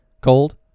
Cold